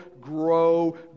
grow